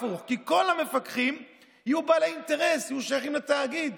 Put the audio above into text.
הפך לזירה מסוכנת יותר מסיורים חמושים בלב שטחי A